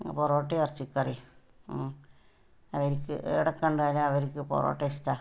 പൊറോട്ടയും ഇറച്ചിക്കറിയും ഉം അവർക്ക് എവിടെ കണ്ട് കഴിഞ്ഞാലും അവർക്ക് പൊറോട്ട ഇഷ്ടം ആണ്